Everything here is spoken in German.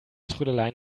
trödeleien